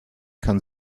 kann